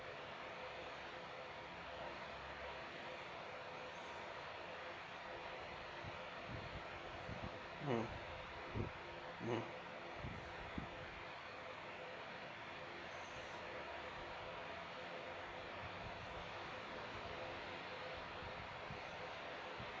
mm mmhmm